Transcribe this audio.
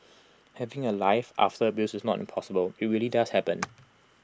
having A life after abuse is not impossible IT really does happen